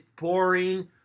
boring